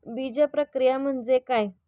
बीजप्रक्रिया म्हणजे काय?